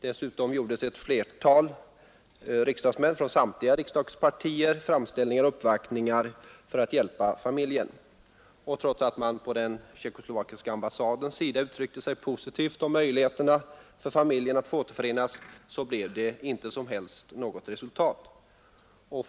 Dessutom gjorde ett flertal riksdagsmän från samtliga riksdagspartier framställningar och uppvaktningar för att hjälpa familjen, Trots att man från den tjeckoslovakiska ambassadens sida uttryckte sig positivt om möjligheterna för familjen att få återförenas blev det inte något som helst resultat.